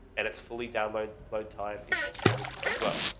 and it's fully downloaded. load time is extremely quick as well.